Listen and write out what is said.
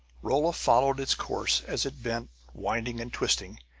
rolla followed its course as it bent, winding and twisting,